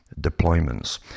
deployments